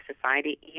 society